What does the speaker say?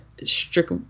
strict